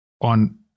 on